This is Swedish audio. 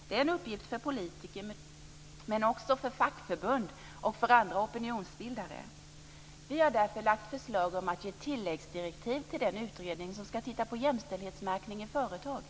Det är en uppgift för politiker men också för fackförbund och för andra opinionsbildare. Vi har därför lagt fram förslag om ett ge ett tilläggsdirektiv till den utredning som ska titta på jämställdhetsmärkning i företag.